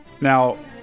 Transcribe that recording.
Now